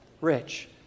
Rich